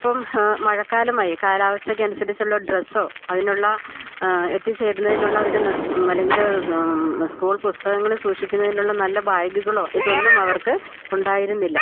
ഇപ്പോള് മഴക്കാലമായി കാലാവസ്ഥയ്ക്കനുസരിച്ചുള്ള ഡ്രസ്സോ അതിനുള്ള എത്തിച്ചേരുന്നതിനുള്ള അല്ലെങ്കില് സ്കൂൾ പുസ്തകങ്ങള് സൂക്ഷിക്കുന്നതിനുള്ള നല്ല ബാഗുകളോ ഇതൊന്നും അവർക്ക് ഉണ്ടായിരുന്നില്ല